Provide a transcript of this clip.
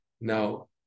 Now